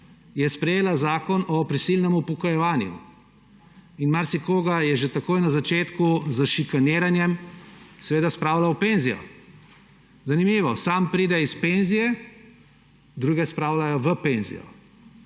je sprejela zakon o prisilnem upokojevanju in marsikoga je že takoj na začetku s šikaniranjem spravila v penzijo. Zanimivo! Sam pride iz penzije, druge spravljajo v penzijo.